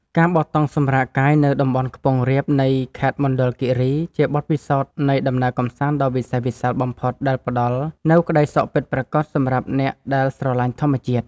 ការបោះតង់សម្រាកកាយនៅតំបន់ខ្ពង់រាបនៃខេត្តមណ្ឌលគីរីគឺជាបទពិសោធន៍នៃដំណើរកម្សាន្តដ៏វិសេសវិសាលបំផុតដែលផ្តល់នូវក្តីសុខពិតប្រាកដសម្រាប់អ្នកដែលស្រឡាញ់ធម្មជាតិ។